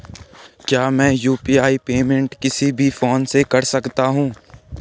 क्या मैं UPI payment किसी भी फोन से कर सकता हूँ?